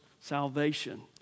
salvation